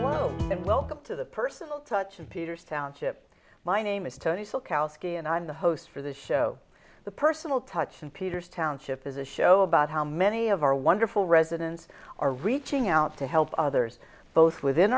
and welcome to the personal touch of peter's township my name is tony sill koski and i'm the host for the show the personal touch in peter's township is a show about how many of our wonderful residents are reaching out to help others both within